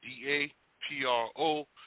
D-A-P-R-O